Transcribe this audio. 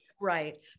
right